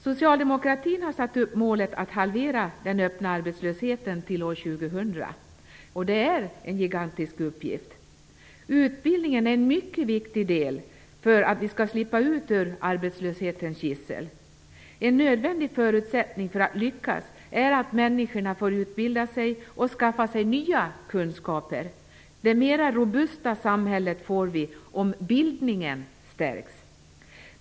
Socialdemokratin har satt upp målet att halvera den öppna arbetslösheten till år 2000. Det är en gigantisk uppgift. Utbildningen är en mycket viktig del för att vi skall slippa ut ur arbetslöshetens gissel. En nödvändig förutsättning för att lyckas är att människorna får utbilda sig och skaffa sig nya kunskaper. Det mer robusta samhället får vi om bildningen stärks.